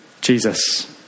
Jesus